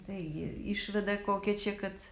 taigi išvada kokia čia kad